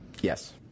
Yes